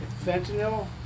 Fentanyl